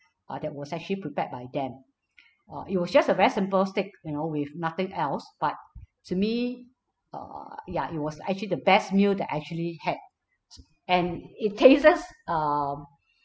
uh that was actually prepared by them uh it was just a very simple steak you know with nothing else but to me err ya it was actually the best meal that I actually had and it tastes um